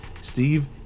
Steve